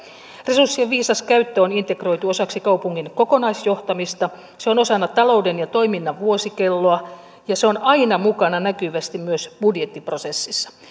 resurssien viisas käyttö on integroitu osaksi kaupungin kokonaisjohtamista se on osana talouden ja toiminnan vuosikelloa ja se on aina mukana näkyvästi myös budjettiprosessissa